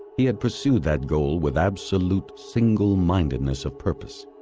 he had pursued that goal with absolute singlemindedness of purpose.